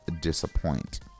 disappoint